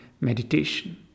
meditation